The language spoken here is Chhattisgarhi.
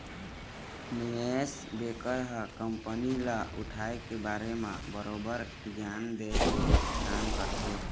निवेस बेंकर ह कंपनी ल उठाय के बारे म बरोबर गियान देय के काम करथे